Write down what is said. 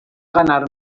ganar